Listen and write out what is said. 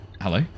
Hello